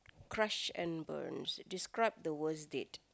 crush and burns describe the worst date